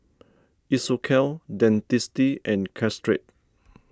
Isocal Dentiste and Caltrate